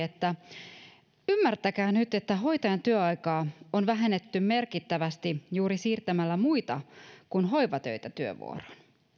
että ymmärtäkää nyt että hoitajan työaikaa on vähennetty merkittävästi juuri siirtämällä muita kuin hoivatöitä työvuoroon